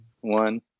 one